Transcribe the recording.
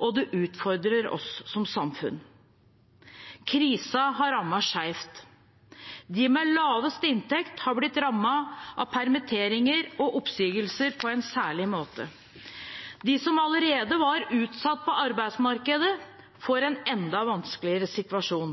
og det utfordrer oss som samfunn. Krisen har rammet skjevt. De med lavest inntekt har blitt rammet av permitteringer og oppsigelser på en særlig måte. De som allerede var utsatt på arbeidsmarkedet, får en enda vanskeligere situasjon.